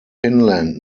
finland